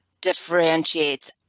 differentiates